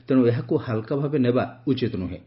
ତେଶୁ ଏହାକୁ ହାଲ୍କା ଭାବେ ନେବା ଉଚିତ ନୁହେଁ